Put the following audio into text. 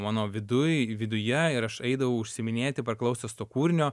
mano viduj viduje ir aš eidavau užsiiminėti praklausęs to kūrinio